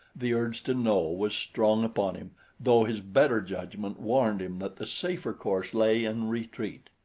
the urge to know was strong upon him though his better judgment warned him that the safer course lay in retreat.